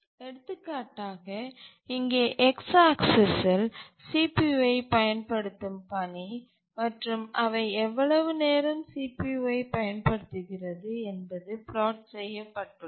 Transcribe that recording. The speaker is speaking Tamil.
எடுத்துக்காட்டாக இங்கே x ஆக்சிஸ் CPUஐப் பயன்படுத்தும் பணி மற்றும் அவை எவ்வளவு நேரம் CPUஐப் பயன்படுத்துகிறது என்பது பிளாட் செய்யப்பட்டுள்ளது